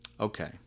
okay